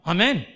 Amen